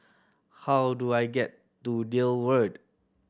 how do I get to Deal Road